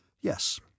Yes